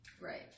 right